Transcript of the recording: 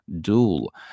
duel